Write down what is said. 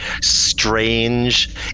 strange